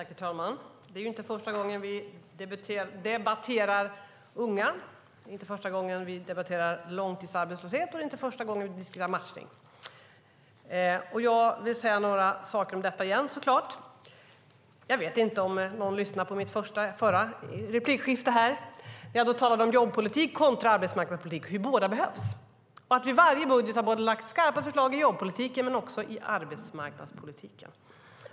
Herr talman! Det är inte första gången vi debatterar unga. Det är inte heller första gången vi debatterar långtidsarbetslöshet eller matchning. Jag vill såklart säga ännu några saker om detta. Jag vet inte om någon lyssnade på mitt förra anförande, där jag talade om jobbpolitik kontra arbetsmarknadspolitik och hur båda behövs. Vid varje budget har vi lagt fram skarpa förslag i jobbpolitiken men också i arbetsmarknadspolitiken.